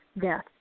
death